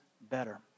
better